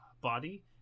body